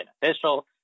beneficial